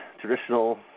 traditional